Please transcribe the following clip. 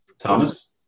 Thomas